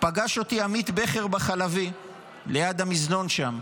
פגש אותי עמית בכר ליד המזנון החלבי,